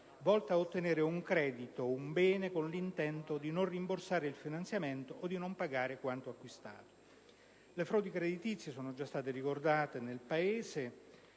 volta ad ottenere un credito o un bene con l'intento di non rimborsare il finanziamento o di non pagare quanto acquistato. Le frodi creditizie nel nostro Paese,